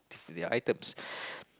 their items